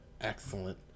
Excellent